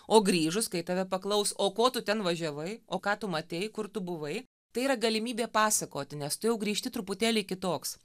o grįžus kai tave paklaus o ko tu ten važiavai o ką tu matei kur tu buvai tai yra galimybė pasakoti nes tu jau grįžti truputėlį kitoks